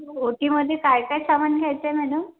ओटीमध्ये काय काय सामान घ्यायचं आहे मॅडम